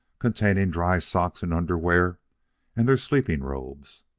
containing dry socks and underwear and their sleeping-robes.